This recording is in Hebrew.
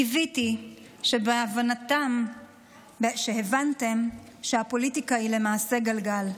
קיוויתי שהבנתם שהפוליטיקה היא למעשה גלגל.